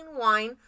wine